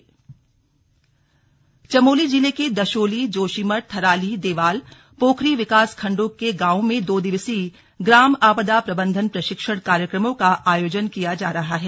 slug आपदा प्रशिक्षण चमोली जिले के दशोली जोशीमठ थराली देवाल पोखरी विकासखंडों के गांवों में दो दिवसीय ग्राम आपदा प्रबंधन प्रशिक्षण कार्यक्रमों का आयोजन किया जा रहा है